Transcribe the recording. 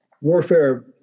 warfare